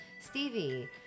Stevie